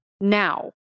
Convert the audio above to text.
now